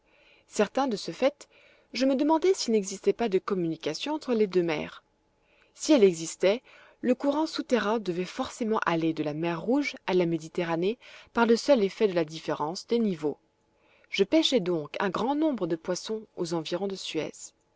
certain de ce fait je me demandai s'il n'existait pas de communication entre les deux mers si elle existait le courant souterrain devait forcément aller de la mer rouge à la méditerranée par le seul effet de la différence des niveaux je pêchai donc un grand nombre de poissons aux environs de suez